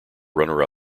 runner